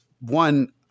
One